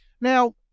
now